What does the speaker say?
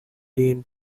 tin